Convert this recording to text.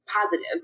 positive